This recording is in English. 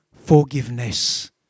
forgiveness